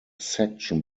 section